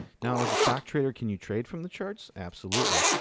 now, as a stock trader, can you trade from the charts? absolutely.